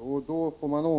och Jämtlands län? 2.